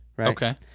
Okay